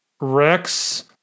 Rex